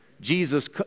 Jesus